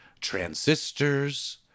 Transistors